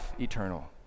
eternal